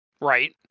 Right